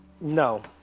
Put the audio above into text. no